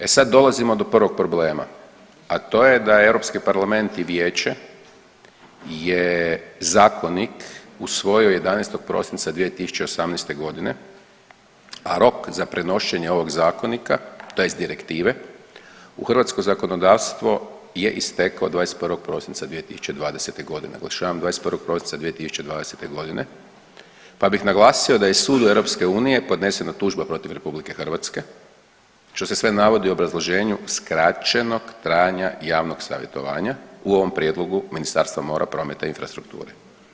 E sad dolazimo do prvog problema, a to je da je EU parlament i vijeće je Zakonik usvojio 11. prosinca 2018. g., a rok za prenošenje ovog Zakonika, tj. Direktive u hrvatsko zakonodavstvo je istekao 21. prosinca 2020. g., naglašavam 21. prosinca 2020. g. pa bih naglasio da je sudu EU podnesena tužba protiv RH što se sve navodi u obrazloženju skraćenog trajanja javnog savjetovanja u ovom prijedlogu Ministarstva mora, prometa i infrastrukture.